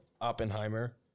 Oppenheimer